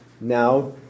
Now